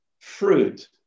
fruit